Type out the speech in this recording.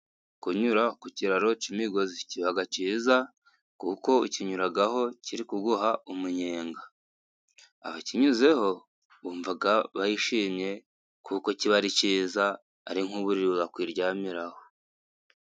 Kunyura ku kiraro cy'imigozi kiba cyiza kuko ukinyuraho kiri kuguha umunyenga, abakinyuzeho bumva bishimye kuko kiba ari cyiza ari nk'uburiri wa kwiryamiraho.